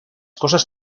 cosas